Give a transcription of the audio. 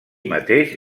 mateix